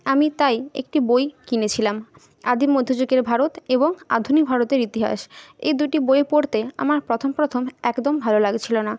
আমি তাই একটি বই কিনেছিলাম আদি মধ্যযুগের ভারত এবং আধুনিক ভারতের ইতিহাস এ দুটি বই পড়তে আমার প্রথম প্রথম একদম ভালো লাগছিল না